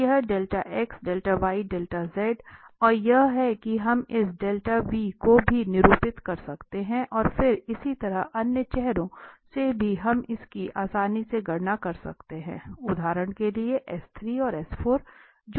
तो यह और यह है कि हम इस को भी निरूपित कर सकते हैं और फिर इसी तरह अन्य चेहरों से भी हम इसकी आसानी से गणना कर सकते हैं उदाहरण के लिए और जो इस y की दिशा में है